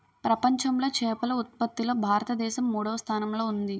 ప్రపంచంలో చేపల ఉత్పత్తిలో భారతదేశం మూడవ స్థానంలో ఉంది